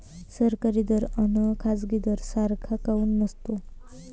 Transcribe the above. सरकारी दर अन खाजगी दर सारखा काऊन नसतो?